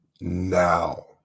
now